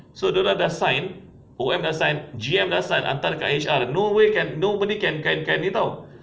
so dia orang dah sign O_M dah sign G_M dah sign hantar dekat H_R no way nobody can can can ni [tau]